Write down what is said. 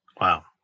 Wow